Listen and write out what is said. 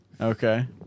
Okay